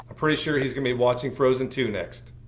ah pretty sure he's going to be watching frozen two next.